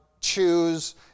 choose